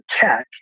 tech